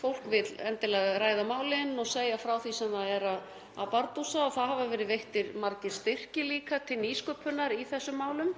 fólk vill endilega ræða málin og segja frá því sem það er að bardúsa og það hafa verið veittir margir styrkir líka til nýsköpunar í þessum málum.